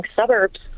suburbs